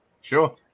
Sure